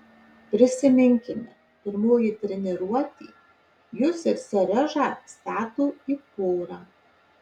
prisiminkime pirmoji treniruotė jus ir seriožą stato į porą